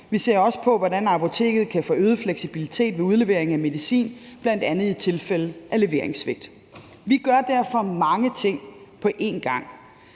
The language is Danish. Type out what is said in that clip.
Vi ser også på, hvordan apoteket kan få øget fleksibilitet ved udlevering af medicin, bl.a. i tilfælde af leveringssvigt. Vi gør derfor mange ting på en gang.